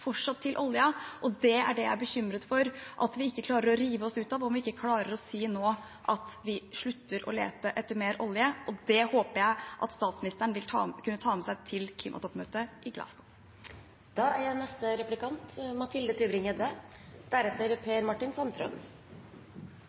fortsatt til oljen, og det er det jeg er bekymret for at vi ikke klarer å rive oss ut av, om vi ikke klarer å si nå at vi slutter å lete etter mer olje. Det håper jeg at statsministeren vil kunne ta med seg til klimatoppmøtet i